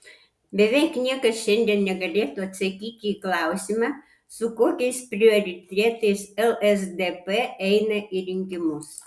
beveik niekas šiandien negalėtų atsakyti į klausimą su kokiais prioritetais lsdp eina į rinkimus